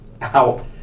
out